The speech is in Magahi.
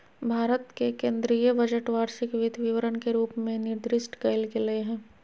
भारत के केन्द्रीय बजट वार्षिक वित्त विवरण के रूप में निर्दिष्ट कइल गेलय हइ